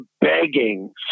begging